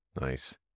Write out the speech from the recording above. Nice